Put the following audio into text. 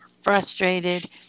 frustrated